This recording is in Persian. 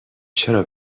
چرا